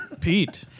Pete